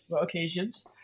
occasions